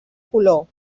color